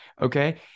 okay